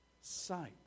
sight